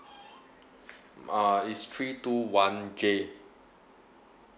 uh it's three two one J